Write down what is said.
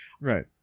Right